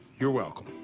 you're welcome.